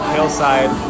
Hillside